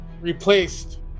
replaced